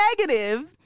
negative